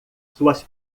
suas